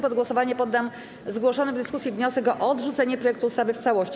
pod głosowanie poddam zgłoszony w dyskusji wniosek o odrzucenie projektu ustawy w całości.